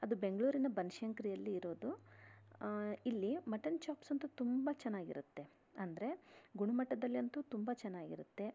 ಅದು ಬೆಂಗಳೂರಿನ ಬನಶಂಕರಿಯಲ್ಲಿ ಇರೋದು ಇಲ್ಲಿ ಮಟನ್ ಚಾಪ್ಸ್ ಅಂತೂ ತುಂಬ ಚೆನ್ನಾಗಿರತ್ತೆ ಅಂದರೆ ಗುಣಮಟ್ಟದಲ್ಲಿ ಅಂತೂ ತುಂಬ ಚೆನ್ನಾಗಿರತ್ತೆ